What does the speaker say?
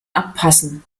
abpassen